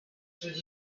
through